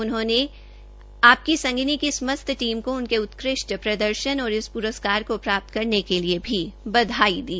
उन्होंने डीआईटीएसी व आपकी संगिनी की समस्त टीम को उनके उत्कृष्ट प्रदर्शन और इस प्रस्कार को प्राप्त करने के लिए भी बधाई दी